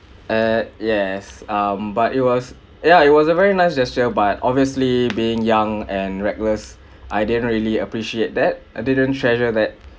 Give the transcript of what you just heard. eh yes um but it was ya it was a very nice gesture but obviously being young and reckless I didn't really appreciate that I didn't treasure that